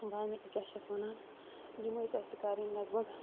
وَنہِ کیٛاہ چھِ اَتھ وَنان یِم ٲسۍ اَسہِ کَرٕنۍ لَگ بَگ